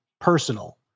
personal